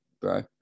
bro